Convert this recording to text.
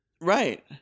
Right